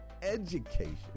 education